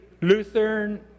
Lutheran